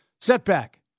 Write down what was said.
Setback